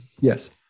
Yes